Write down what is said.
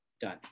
done